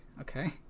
okay